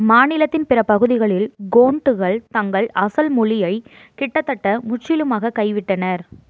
மாநிலத்தின் பிற பகுதிகளில் கோண்டுகள் தங்கள் அசல் மொழியை கிட்டத்தட்ட முற்றிலுமாக கைவிட்டனர்